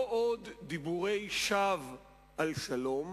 לא עוד דיבורי שווא על שלום